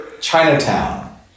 Chinatown